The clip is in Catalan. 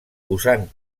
usant